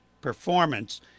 performance